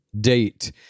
date